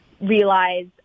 realize